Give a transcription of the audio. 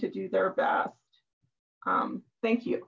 to do their best um thank you